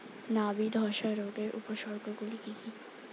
নাবি ধসা রোগের উপসর্গগুলি কি কি?